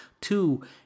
Two